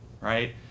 Right